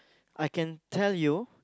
I can tell you